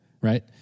Right